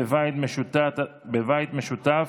בבית משותף),